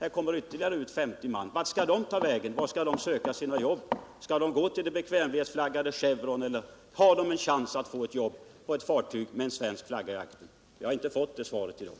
Nu kommer ytterligare 50 man ut. Vart skall de ta vägen? Var skall de söka sina jobb? Skall de gå till Chevron, som har bekvämlighetsflaggade båtar, eller har de en chans att få ott jobb på ett fartyg med en svensk flagga I aktern? Jag har inte fått svar på den frågan i dag.